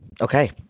Okay